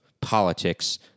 politics